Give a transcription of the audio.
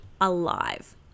alive